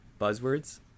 buzzwords